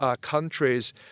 countries